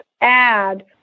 add